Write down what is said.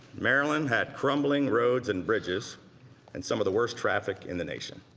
maryland had crumbling roads and bridges and some of the worst traffic in the nation.